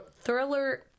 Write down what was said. thriller